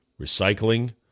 recycling